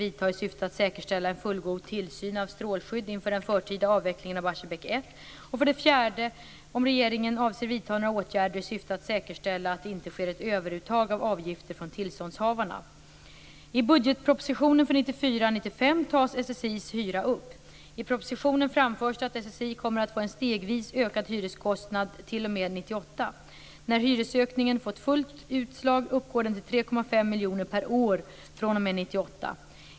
I budgetproposition 1994/95:100 bil. 15 tas SSI:s hyra upp. I propositionen framförs det att SSI kommer att få en stegvis ökad hyreskostnad t.o.m. 1998. miljoner per år fr.o.m. 1998.